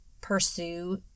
pursue